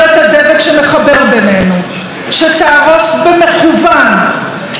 שתהרוס במכוון את כל המוסדות ששומרים על הדמוקרטיה,